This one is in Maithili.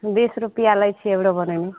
बीस रुपैआ लै छियै आइब्रो बनैमे